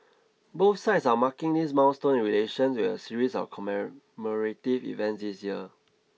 both sides are marking this milestone in relations with a series of commemorative events this year